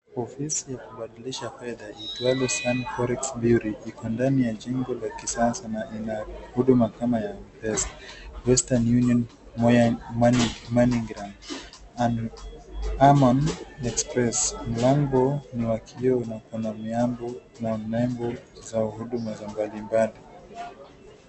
Ofisi ya kubadilisha fedha iitawayo Sunny Forex Bureau iko ndani ya jengo la kisasa na ina huduma kama ya M-Pesa, Western Union, Money Gram, Amon Express. Mlango ni wa kioo na uko na miambo na nembo za huduma mbali mbali.